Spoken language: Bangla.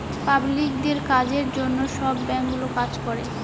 পাবলিকদের কাজের জন্য সব ব্যাঙ্কগুলো কাজ করে